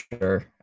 sure